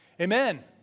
Amen